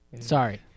Sorry